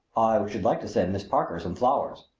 i should like to send miss parker some flowers.